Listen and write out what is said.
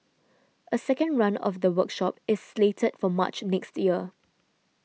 a second run of the workshop is slated for March next year